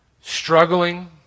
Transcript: struggling